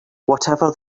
whatever